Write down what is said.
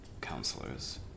counselors